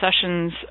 sessions